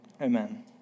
amen